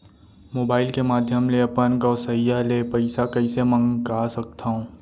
Mobile के माधयम ले अपन गोसैय्या ले पइसा कइसे मंगा सकथव?